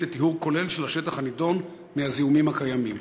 לטיהור כולל של השטח הנדון מהזיהומים הקיימים?